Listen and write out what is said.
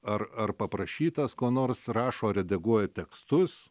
ar ar paprašytas ko nors rašo redaguoja tekstus